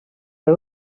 per